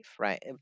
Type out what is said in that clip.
right